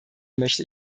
möchte